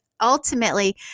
ultimately